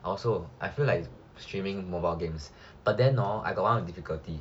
I also I feel like streaming mobile games but then orh I got one difficulty